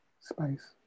space